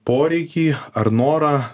poreikį ar norą